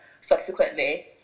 subsequently